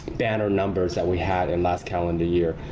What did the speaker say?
banner numbers that we had in last calendar year.